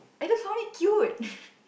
I just saw it cute